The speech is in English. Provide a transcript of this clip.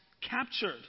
captured